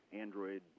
Android